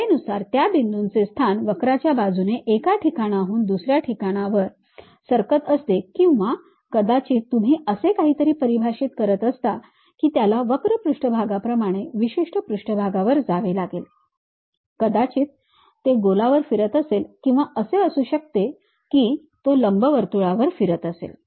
वेळेनुसार त्या बिंदूचे स्थान वक्राच्या बाजूने एका ठिकाणाहून दुस या ठिकाणावर सरकत असते किंवा कदाचित तुम्ही असे काहीतरी परिभाषित करत असता की त्याला वक्र पृष्ठभागाप्रमाणे विशिष्ट पृष्ठभागावर जावे लागेल कदाचित ते गोलावर फिरत असेल किंवा असे असू शकते की तो लंबवर्तुळावर फिरत असेल